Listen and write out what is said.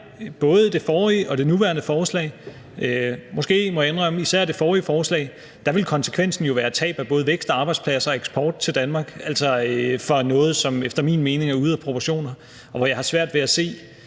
både i forbindelse med det nuværende forslag og – må jeg indrømme – måske især i forbindelse med det forrige forslag ville konsekvensen jo være tab af både vækst og arbejdspladser og eksport til Danmark, altså for noget, som efter min mening er ude af proportioner, og hvor jeg har svært ved at se